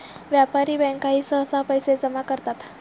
व्यापारी बँकाही सहसा पैसे जमा करतात